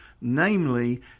namely